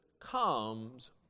comes